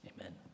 Amen